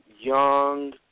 young